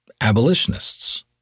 abolitionists